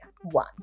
one